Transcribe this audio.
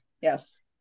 Yes